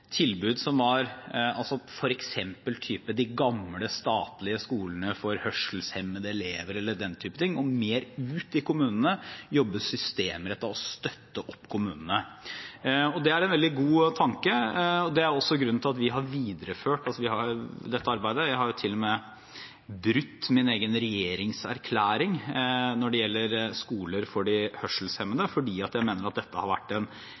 tilbud, som f.eks. de gamle statlige skolene for hørselshemmede elever eller den type ting, og være mer ute i kommunene, jobbe systemrettet og støtte kommunene. Det er en veldig god tanke, og det er også grunnen til at vi har videreført dette arbeidet. Jeg har til og med brutt min egen regjeringserklæring når det gjelder skoler for de hørselshemmede, fordi jeg mener at dette har vært en